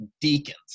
deacons